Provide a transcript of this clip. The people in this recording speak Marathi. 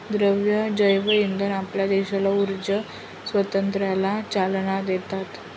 द्रव जैवइंधन आपल्या देशाला ऊर्जा स्वातंत्र्याला चालना देतात